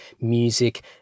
music